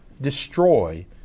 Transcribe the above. destroy